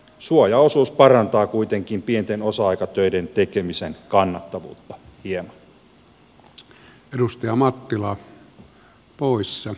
suojaosuus parantaa kuitenkin pienten osa aikatöiden tekemisen kannattavuutta hieman